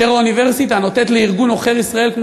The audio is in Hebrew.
כאשר האוניברסיטה נותנת לארגון עוכר ישראל כמו